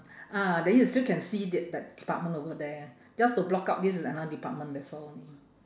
ah then you still can see the that department over there just to block out this is another department that's all only